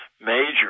major